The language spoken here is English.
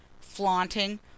flaunting